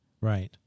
Right